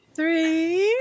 three